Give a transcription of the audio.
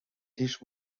tisch